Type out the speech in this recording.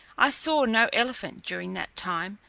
i saw no elephant during that time,